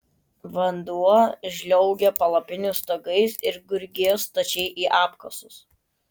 vanduo žliaugė palapinių stogais ir gurgėjo stačiai į apkasus